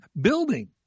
building